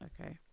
Okay